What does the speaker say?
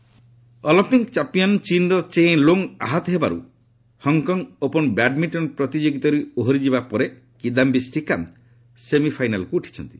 badminton Olympic champion ଚୀନ୍ର Chen Long ଆହତ ହେବାରୁ ହଂକଂ ଓପନ୍ ବ୍ୟାଡ୍ମିଣ୍ଟନ ପ୍ରତିଯୋଗିତାରୁ ଓହରି ଯିବାରୁ କିଦାୟୀ ଶ୍ରୀକାନ୍ତ ସେମିଫାଇନାଲ୍କୁ ଉଠିଛନ୍ତି